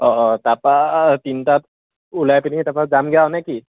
অঁ অঁ তাৰপৰা তিনিটাত ওলাই পিনি তাৰপৰা যামগৈ আৰু নে কি